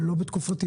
לא בתקופתי,